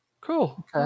cool